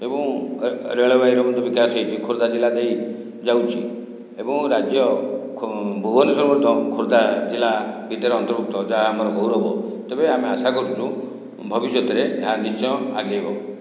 ଏବଂ ରେଳବାଇର ମଧ୍ୟ ବିକାଶ ହୋଇଛି ଖୋର୍ଦ୍ଧା ଜିଲ୍ଲା ଦେଇ ଯାଉଛି ଏବଂ ରାଜ୍ୟ ଭୁବନେଶ୍ୱର ମଧ୍ୟ ଖୋର୍ଦ୍ଧା ଜିଲ୍ଲା ଭିତରେ ଅନ୍ତର୍ଭୁକ୍ତ ଯାହା ଆମର ଗୌରବ ତେବେ ଆମେ ଆଶା କରୁଛୁ ଭବିଷ୍ୟତରେ ଏହା ନିଶ୍ଚୟ ଆଗେଇବ